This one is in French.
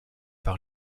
par